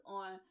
on